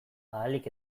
ahalik